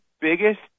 biggest